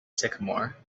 sycamore